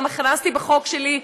גם הכנסתי לחוק שלי,